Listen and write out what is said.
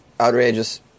outrageous